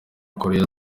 korea